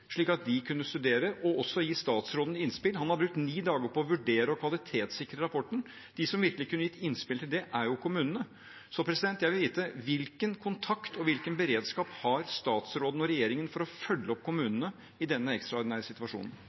slik at de kunne studere den og også gi statsråden innspill? Han har brukt ni dager på å vurdere og kvalitetssikre rapporten. De som virkelig kunne gitt innspill her, er jo kommunene. Så jeg vil vite: Hva slags kontakt og hvilken beredskap har statsråden og regjeringen for å følge opp kommunene i denne ekstraordinære situasjonen?